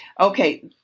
Okay